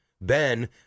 Ben